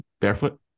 barefoot